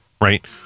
right